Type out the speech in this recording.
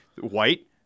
White